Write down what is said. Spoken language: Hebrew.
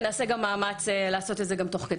ונעשה גם מאמץ לעשות את זה גם תוך כדי.